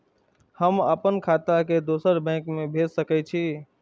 हम आपन खाता के दोसर बैंक में भेज सके छी?